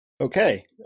Okay